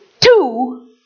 Two